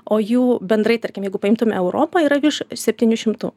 o jų bendrai tarkim jeigu paimtume europą yra viš septynių šimtų